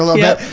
yep.